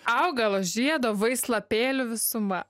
augalo žiedo vaislapėlių visuma